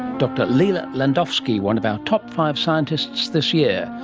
dr lila landowski, one of our top five scientists this year,